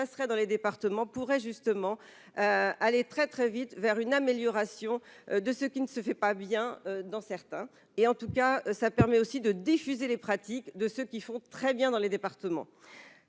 passerait dans les départements pourraient justement aller très très vite vers une amélioration de ce qui ne se fait pas bien dans certains et en tout cas, ça permet aussi de diffuser les pratiques de ce qu'ils font très bien dans les départements,